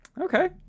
Okay